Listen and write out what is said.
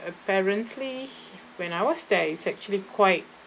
apparently when I was there it is actually quite